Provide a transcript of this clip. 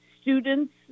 students